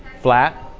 flat